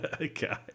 Okay